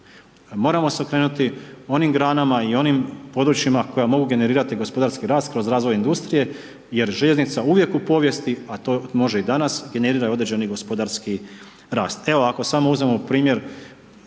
Moramo se okrenuti onim granama i onim područjima koja mogu generirati gospodarski rast kroz razvoj industrije jer željeznica uvijek u povijest a to može i danas, generira određeni gospodarski rast.